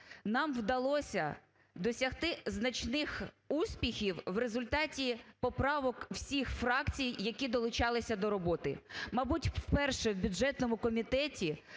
нам вдалося досягти значних успіхів в результаті поправок всіх фракцій, які долучалися до роботи. Мабуть, уперше в бюджетному комітеті